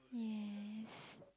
yes